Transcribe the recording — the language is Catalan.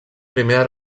primera